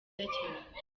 cyane